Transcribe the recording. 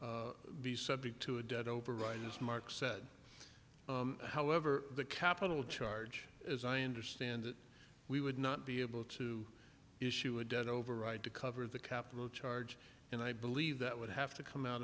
probably be subject to a debt override as mark said however the capital charge as i understand it we would not be able to issue a debt override to cover the capital charge and i believe that would have to come out